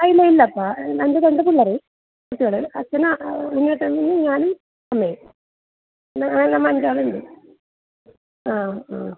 ആ ഇല്ല ഇല്ലപ്പാ ഞങ്ങൾ രണ്ട് പിള്ളാർ കുട്ടികൾ അച്ഛന് ഞാനും അമ്മയും എല്ലാം നമ്മൾ അഞ്ച് ആളുണ്ട് ആ ആ